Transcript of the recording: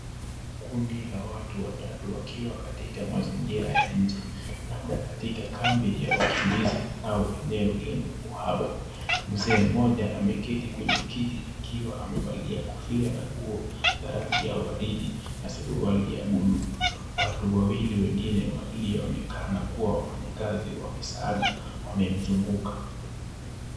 Kundi la watu watatu wakiwa katika mazingira ya nje, labda katika kambi ya wakimbizi au eneo lenye uhaba. Mzee mmoja ameketi kwenye kiti akiwa amevalia kofia na nguo za rangi ya waridi na suruali ya buluu. Watu wengine wawili walioonekana kuwa wafanyakazi wa misaada wamemzunguka.